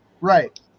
Right